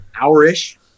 hour-ish